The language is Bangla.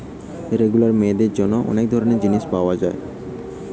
রেগুলার মেয়েদের জন্যে অনেক ধরণের জিনিস পায়া যায়